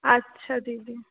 আচ্ছা দিদি